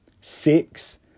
Six